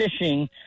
fishing